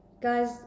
guys